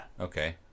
Okay